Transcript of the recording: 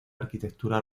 arquitectura